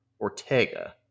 Ortega